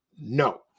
No